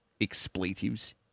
expletives